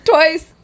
Twice